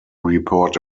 report